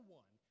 one